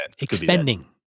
expending